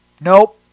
Nope